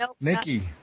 Nikki